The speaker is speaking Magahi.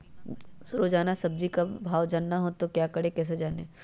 रोजाना सब्जी का भाव जानना हो तो क्या करें कैसे जाने?